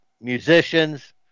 musicians